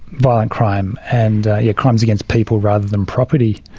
violent crime, and yeah crimes against people rather than property.